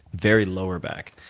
very lower back.